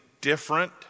different